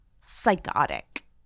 psychotic